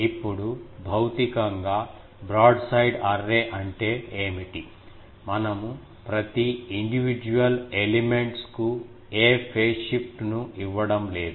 ఇప్పుడు భౌతికంగా broadside array అంటే ఏమిటి మనము ప్రతి ఇండివిడ్యువల్ ఎలిమెంట్స్ కు ఏ ఫేజ్ షిఫ్ట్ ను ఇవ్వడం లేదు